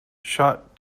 shot